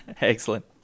excellent